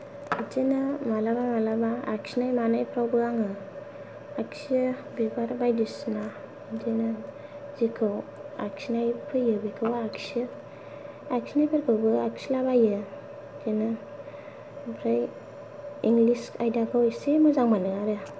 बिदिनो मालाबा मालाबा आखिनाय मानायफ्रावबो आङो आखियो बिबार बायदिसना बिदिनो जेखौ आखिनाय फैयो बेखौ आखियो आखिनायफोरखौबो आखिला बायो बिदिनो ओमफ्राय इंलिस आयदाखौ एसे मोजां मोनो आरो